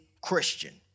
Christian